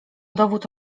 dowód